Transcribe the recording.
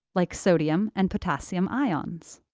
like sodium and potassium ions.